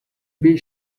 bee